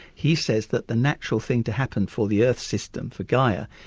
he says that the natural thing to happen for the earth's system, for gaia,